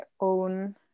own